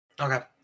Okay